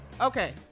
okay